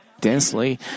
densely